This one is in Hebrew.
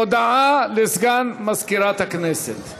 הודעה לסגן מזכירת הכנסת.